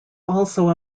also